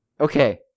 Okay